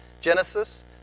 Genesis